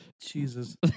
Jesus